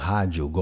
Rádio